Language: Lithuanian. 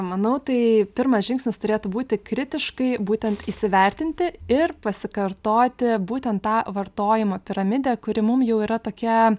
manau tai pirmas žingsnis turėtų būti kritiškai būtent įsivertinti ir pasikartoti būtent tą vartojimo piramidę kuri mum jau yra tokia